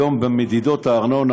היום במדידות הארנונה